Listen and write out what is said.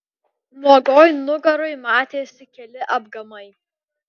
nuogoj nugaroj matėsi keli apgamai